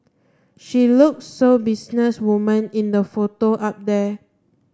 she look so business woman in the photo up there